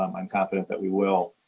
um i'm confident that we will,